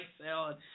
Salad